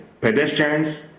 pedestrians